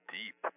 deep